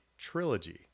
Trilogy